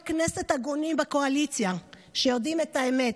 כנסת הגונים בקואליציה שיודעים את האמת